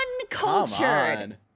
uncultured